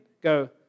go